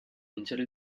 vincere